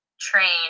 train